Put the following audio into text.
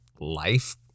life